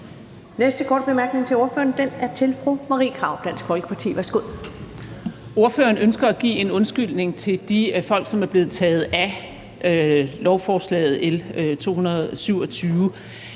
Næste korte bemærkning til ordføreren er fra fru Marie Krarup, Dansk Folkeparti. Værsgo. Kl. 13:41 Marie Krarup (DF): Ordføreren ønsker at give en undskyldning til de folk, som er blevet taget af lovforslag L 227,